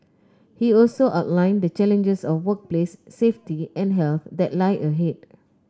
he also outlined the challenges of workplace safety and health that lie ahead